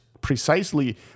precisely